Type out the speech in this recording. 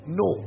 no